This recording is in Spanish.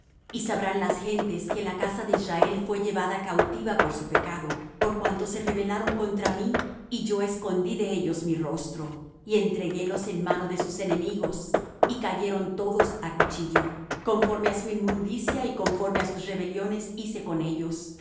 y sabrán las gentes que la casa de israel fué llevada cautiva por su pecado por cuanto se rebelaron contra mí y yo escondí de ellos mi rostro y entreguélos en mano de sus enemigos y cayeron todos á cuchillo conforme á su inmundicia y conforme á sus rebeliones hice con ellos